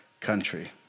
country